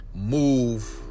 move